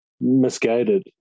misguided